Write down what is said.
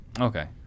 Okay